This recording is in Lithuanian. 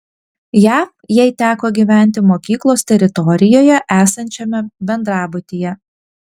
jav jai teko gyventi mokyklos teritorijoje esančiame bendrabutyje